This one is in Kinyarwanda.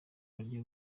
barya